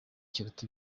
kiruta